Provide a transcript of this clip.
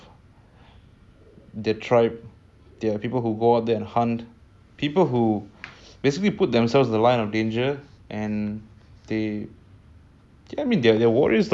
I mean of course there's also benefits in modern society we don't die from illnesses at like twenty one twenty two last time was very common you get a common cold you can die just from that now it's